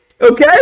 Okay